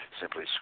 simply